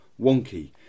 wonky